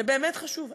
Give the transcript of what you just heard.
זה באמת חשוב.